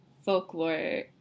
folklore